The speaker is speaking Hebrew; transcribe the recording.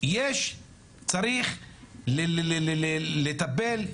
צריך לטפל,